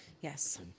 Yes